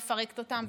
מפרקת אותם,